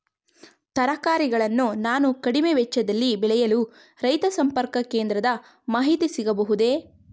ತರಕಾರಿಗಳನ್ನು ನಾನು ಕಡಿಮೆ ವೆಚ್ಚದಲ್ಲಿ ಬೆಳೆಯಲು ರೈತ ಸಂಪರ್ಕ ಕೇಂದ್ರದ ಮಾಹಿತಿ ಸಿಗಬಹುದೇ?